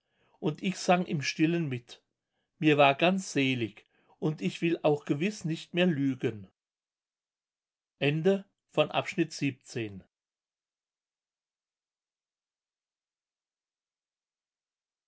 und ich sang im stillen mit mir war ganz selig und ich will auch gewiß nicht mehr lügen